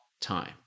time